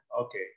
okay